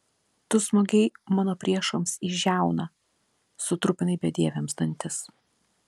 tu smogei mano priešams į žiauną sutrupinai bedieviams dantis